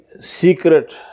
secret